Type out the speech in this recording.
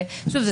שוב, זה